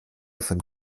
von